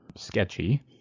Sketchy